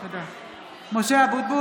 (קוראת בשמות חברי הכנסת) משה אבוטבול,